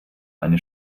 eine